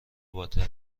باطل